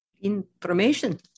Information